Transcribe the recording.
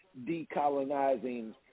decolonizing